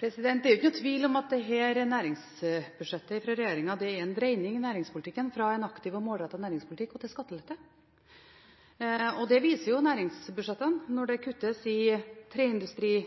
er ikke noen tvil om at dette næringsbudsjettet fra regjeringen er en dreining i næringspolitikken, fra en aktiv og målrettet næringspolitikk til skattelette. Det viser næringsbudsjettet når det kuttes i treindustrien,